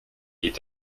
est